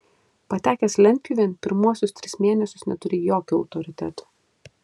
patekęs lentpjūvėn pirmuosius tris mėnesius neturi jokio autoriteto